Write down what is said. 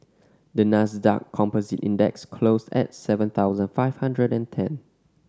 the Nasdaq Composite Index closed at seven thousand five hundred and ten